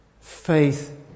faith